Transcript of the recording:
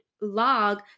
log